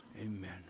amen